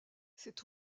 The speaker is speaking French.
cet